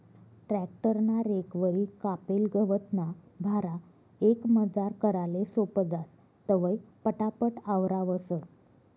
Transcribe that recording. tractor ना recovery कापेल गवतना भारा एकमजार कराले सोपं जास, तवंय पटापट आवरावंस